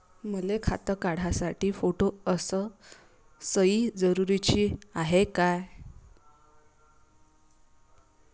मले खातं काढासाठी फोटो अस सयी जरुरीची हाय का?